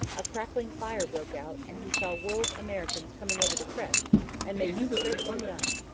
a crackling fire broke out, and he saw wool's americans coming over the crest and making straight for the gun.